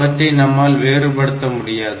அவற்றை நம்மால் வேறுபடுத்த முடியாது